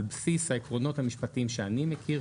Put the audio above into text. על בסיס העקרונות המשפטיים שאני מכיר,